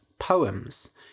Poems